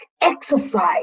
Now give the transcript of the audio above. exercise